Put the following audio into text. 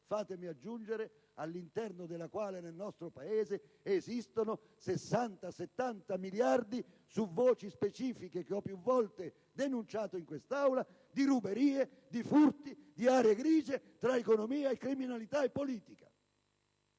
fatemi aggiungere, nel nostro Paese esistono 60-70 miliardi, su voci specifiche che ho più volte denunciato in quest'Aula, di ruberie, di furti, di aree grigie, tra economia, criminalità e politica.